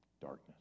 Darkness